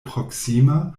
proksima